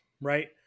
right